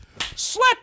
slap